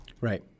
Right